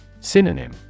Synonym